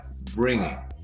bringing